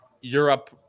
Europe